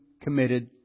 committed